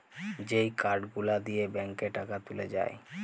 যেই কার্ড গুলা দিয়ে ব্যাংকে টাকা তুলে যায়